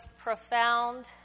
profound